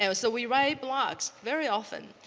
so so we write blogs very often.